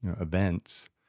events